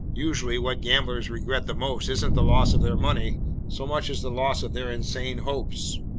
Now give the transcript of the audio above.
usually what gamblers regret the most isn't the loss of their money so much as the loss of their insane hopes.